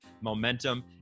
momentum